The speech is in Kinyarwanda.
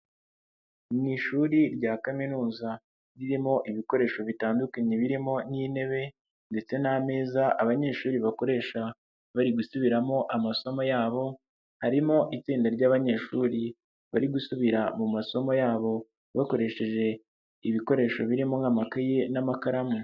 Mu ishuri rya kaminuza ririmo ibikoresho bitandukanye birimo n'intebe ndetse n'ameza abanyeshuri bakoresha bari gusubiramo amasomo yabo, harimo itsinda ry'abanyeshuri bari gusubira mu masomo yabo bakoresheje ibikoresho birimo nk'amakayi n'amakaramu.